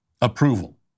approval